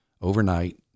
overnight